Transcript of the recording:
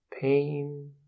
Pain